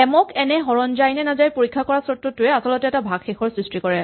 M ক N এ হৰণ যায় নে নাই পৰীক্ষা কৰা চৰ্তটোৱে আচলতে এটা ভাগশেষৰ সৃষ্টি কৰে